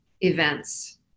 events